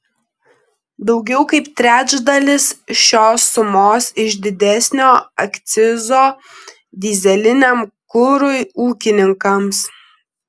daugiau kaip trečdalis šios sumos iš didesnio akcizo dyzeliniam kurui ūkininkams